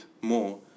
more